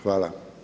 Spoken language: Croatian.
Hvala.